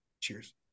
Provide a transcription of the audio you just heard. Cheers